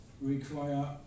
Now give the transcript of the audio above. Require